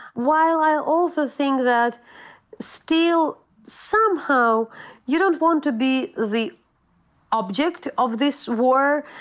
while i also think that still somehow you don't want to be the object of this war.